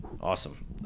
Awesome